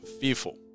fearful